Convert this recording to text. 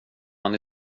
man